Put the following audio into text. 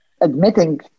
admitting